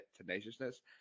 tenaciousness